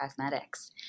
cosmetics